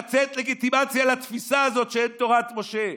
לתת לגיטימציה לתפיסה הזאת שאין תורת משה.